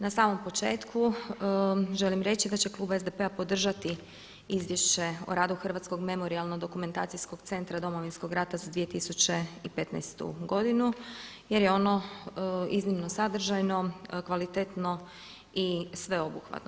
Na samo početku želim reći da će klub SDP-a podržati izvješće o radu Hrvatskog memorijalno-dokumentacijskog centra Domovinskog rata za 2015. godinu jer je ono iznimno sadržajno, kvalitetno i sveobuhvatno.